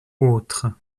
autres